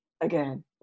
again